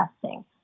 testing